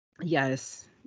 Yes